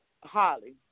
Holly